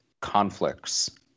conflicts